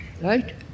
Right